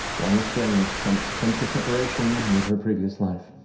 long estranged since since her separation with her previous life.